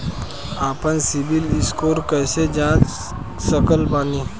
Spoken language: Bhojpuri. आपन सीबील स्कोर कैसे जांच सकत बानी?